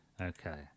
Okay